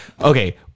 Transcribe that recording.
Okay